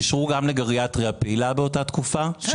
אישרו גם לגריאטריה פעילה באותה